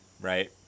right